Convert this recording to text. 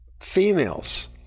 females